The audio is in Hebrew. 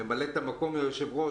ממלאת מקום היושב-ראש,